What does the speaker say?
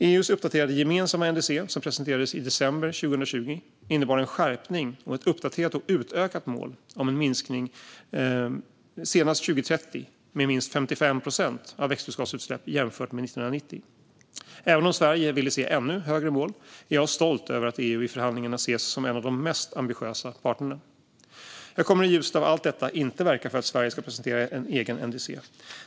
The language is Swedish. EU:s uppdaterade gemensamma NDC, som presenterades i december 2020, innebar en skärpning och ett uppdaterat och utökat mål om en minskning senast 2030 med minst 55 procent av växthusgasutsläpp jämfört med 1990. Även om Sverige ville se ännu högre mål är jag stolt över att EU i förhandlingarna ses som en av de mest ambitiösa parterna. Jag kommer i ljuset av allt detta inte att verka för att Sverige ska presentera ett eget NDC.